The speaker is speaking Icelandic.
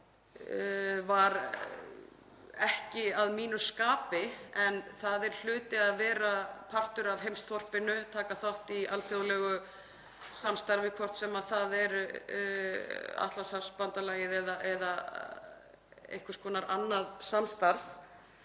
var ekki að mínu skapi en það er hluti af því að vera partur af heimsþorpinu, taka þátt í alþjóðlegu samstarfi, hvort sem það er Atlantshafsbandalagið eða einhvers konar annað samstarf.